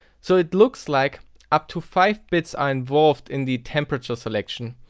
so it looks like up to five bits are involved in the temperature selection.